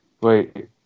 Wait